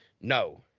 no